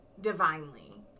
divinely